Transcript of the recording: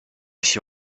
się